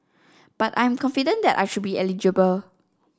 but I'm confident that I should be eligible